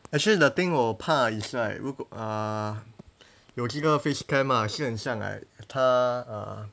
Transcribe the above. actually the thing 我怕 is like 如果 uh 有这个 face cam ah 是很想 like 他 uh